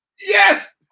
Yes